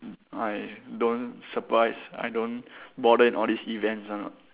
I don't surprise I don't bother in all these events ah